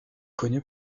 connu